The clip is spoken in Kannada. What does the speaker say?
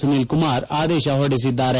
ಸುನೀಲ್ ಕುಮಾರ್ ಆದೇಶ ಹೊರಡಿಸಿದ್ದಾರೆ